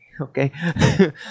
Okay